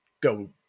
go